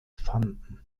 fanden